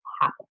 happen